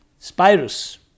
spirus